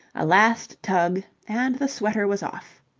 a last tug, and the sweater was off.